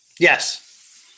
Yes